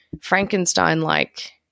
Frankenstein-like